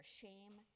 shame